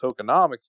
tokenomics